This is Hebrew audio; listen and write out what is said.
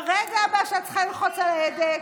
ברגע הבא שאת צריכה ללחוץ על ההדק.